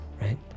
right